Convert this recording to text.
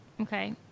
Okay